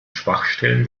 schwachstellen